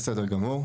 בסדר גמור,